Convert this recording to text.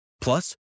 Plus